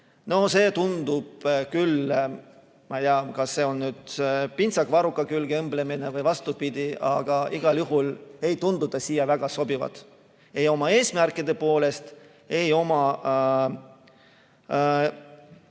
ja sinna panustamine. Ma ei tea, kas see on nüüd pintsaku varruka külge õmblemine või vastupidi, aga igal juhul ei tundu ta siia väga sobivat ei oma eesmärkide poolest, ei oma